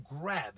grab